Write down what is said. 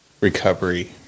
recovery